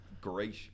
great